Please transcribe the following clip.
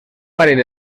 parell